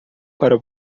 para